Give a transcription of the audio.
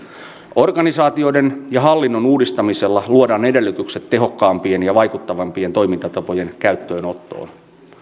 organisaatioiden ja hallinnon uudistamisella luodaan edellytykset tehokkaampien ja vaikuttavampien toimintatapojen käyttöönottoon